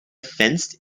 fenced